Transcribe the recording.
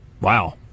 Wow